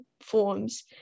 forms